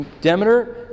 Demeter